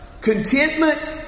Contentment